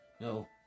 No